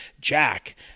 Jack